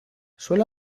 suele